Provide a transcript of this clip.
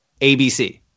ABC